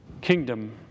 kingdom